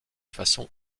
façon